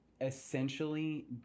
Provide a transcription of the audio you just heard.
essentially